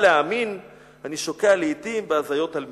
להאמין / אני שוקע לעתים בהזיות על מין".